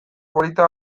polita